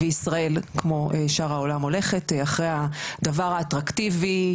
וישראל כמו שאר העולם הולכת אחרי הדבר האטרקטיבי,